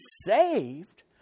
saved